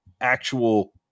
actual